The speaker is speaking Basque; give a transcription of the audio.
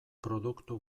produktu